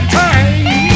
time